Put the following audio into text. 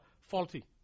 faulty